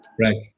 right